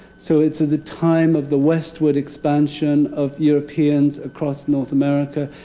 so it's the time of the westward expansion of europeans across north america.